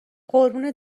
قربون